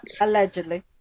allegedly